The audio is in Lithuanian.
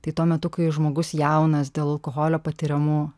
tai tuo metu kai žmogus jaunas dėl alkoholio patiriamų